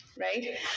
Right